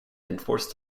enforce